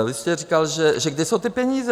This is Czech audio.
Vy jste říkal, že kde jsou ty peníze?